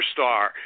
superstar